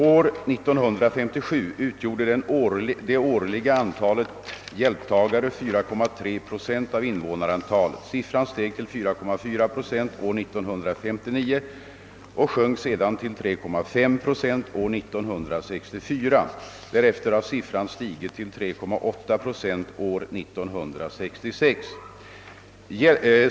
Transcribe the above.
År 1957 utgjorde det årliga antalet hjälptagare 4,3 procent av invånarantalet. Siffran steg till 4,4 procent år 1959 och sjönk sedan till 3,5 procent år 1964. Därefter har siffran stigit till 3,8 procent år 1966.